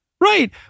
right